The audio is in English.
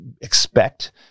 expect